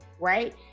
right